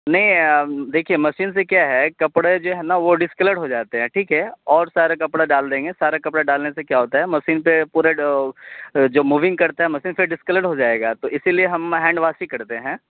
نہیں دیکھیے مشین سے کیا ہے کپڑے جو ہے نا وہ ڈسکلر ہو جاتے ہیں ٹھیک ہے اور سارا کپڑا ڈال دیں گے سارا کپڑے ڈالنے سے کیا ہوتا ہے مشین پہ پورے جو موونگ کرتا ہے مشین پھر ڈسکلر ہو جائے گا تو اسی لیے ہم ہینڈ واش ہی کرتے ہیں